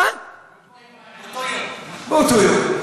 באותו יום.